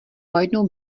pojednou